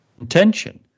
intention